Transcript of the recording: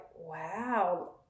wow